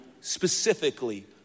specifically